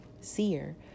seer